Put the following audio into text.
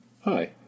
Hi